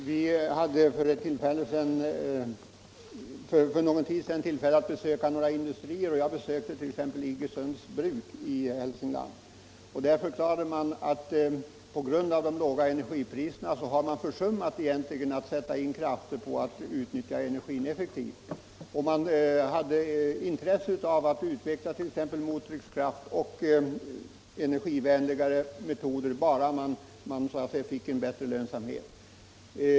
Herr talman! Riksdagsledamöterna hade för någon tid sedan tillfälle att besöka några industrier, och jag besökte då Iggesunds bruk i Hälsingland. Där förklarade man att man på grund av de låga energipriserna egentligen har försum mat att sätta in krafter på att utnyttja energin effektivt. Man hade dock intresse av att utveckla t.ex. mottryckskraft och energivänligare metoder, bara man så att säga fick bättre lönsamhet.